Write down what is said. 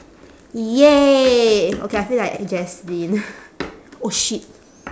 !yay! okay I feel like a oh shit